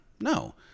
No